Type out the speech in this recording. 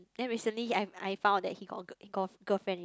then recently I I found that he got got girlfriend